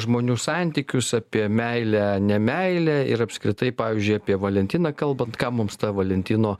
žmonių santykius apie meilę ne meilė ir apskritai pavyzdžiui apie valentiną kalbant kam mums ta valentino